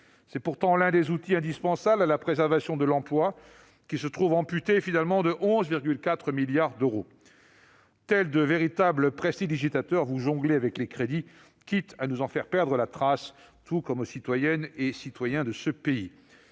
c'est pourtant l'un des outils indispensables à la préservation de l'emploi qui se trouve finalement amputé de 11,4 milliards d'euros. Tels de véritables prestidigitateurs, vous jonglez avec les crédits, quitte à nous en faire perdre la trace, tout comme aux citoyennes et citoyens de ce pays.